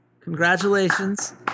Congratulations